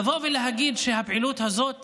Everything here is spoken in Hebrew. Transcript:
לבוא ולהגיד שהפעילות הזאת